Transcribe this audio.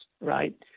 right